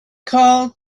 called